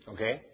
Okay